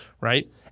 right